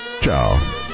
Ciao